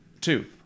Two